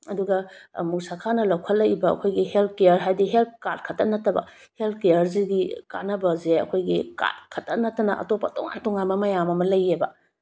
ꯑꯗꯨꯒ ꯑꯃꯨꯛ ꯁꯔꯀꯥꯔꯅ ꯂꯧꯈꯠꯂꯛꯂꯤꯕ ꯑꯩꯈꯣꯏꯒꯤ ꯍꯦꯜꯠ ꯀꯤꯌꯔ ꯍꯥꯏꯗꯤ ꯍꯦꯜꯠ ꯀꯥꯔꯗ ꯈꯇ ꯅꯠꯇꯕ ꯍꯦꯜꯠ ꯀꯤꯌꯔꯁꯤꯒꯤ ꯀꯥꯟꯅꯕꯁꯦ ꯑꯩꯈꯣꯏꯒꯤ ꯀꯥꯔꯗ ꯈꯇ ꯅꯠꯇꯅ ꯑꯇꯣꯞꯄ ꯇꯣꯉꯥꯟ ꯇꯣꯉꯥꯟꯕ ꯃꯌꯥꯝ ꯑꯃ ꯂꯩꯌꯦꯕ